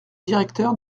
directeur